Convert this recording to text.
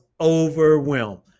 overwhelmed